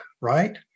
right